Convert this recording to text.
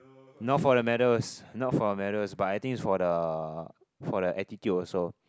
not for the medals not for the medals but I think is for the for the attitude also